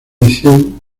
edición